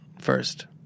first